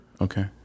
Okay